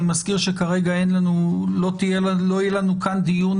אני מזכיר שכרגע לא יהיה לנו כאן דיון